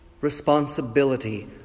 responsibility